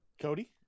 Cody